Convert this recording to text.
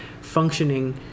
functioning